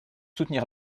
soutenir